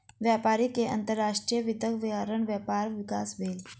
व्यापारी के अंतर्राष्ट्रीय वित्तक कारण व्यापारक विकास भेल